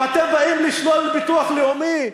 ואתם באים לשלול ביטוח לאומי?